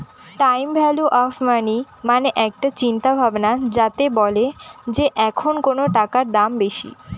time value of money মানে একটা চিন্তা ভাবনা যাতে বলে যে এখন কোনো টাকার দাম বেশি